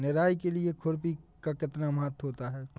निराई के लिए खुरपी का कितना महत्व होता है?